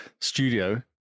studio